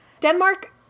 Denmark